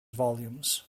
volumes